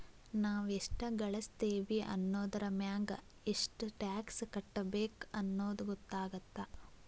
ನಾವ್ ಎಷ್ಟ ಗಳಸ್ತೇವಿ ಅನ್ನೋದರಮ್ಯಾಗ ಎಷ್ಟ್ ಟ್ಯಾಕ್ಸ್ ಕಟ್ಟಬೇಕ್ ಅನ್ನೊದ್ ಗೊತ್ತಾಗತ್ತ